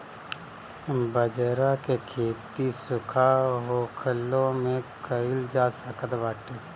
बजरा के खेती सुखा होखलो में कइल जा सकत बाटे